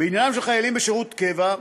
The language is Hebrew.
בעניינם של חיילים בשירות קבע,